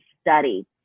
study